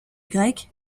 grecque